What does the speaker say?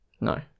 No